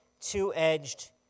two-edged